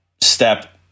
step